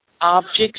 Objects